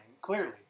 Clearly